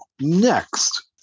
Next